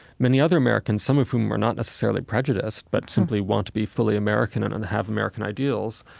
many other americans, some of whom were not necessarily prejudiced but simply want to be fully american and and have american ideals,